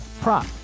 prop